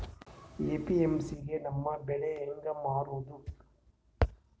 APMC ಗೆ ನಮ್ಮ ಬೆಳಿ ಹೆಂಗ ಮಾರೊದ?